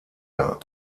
dar